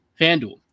Fanduel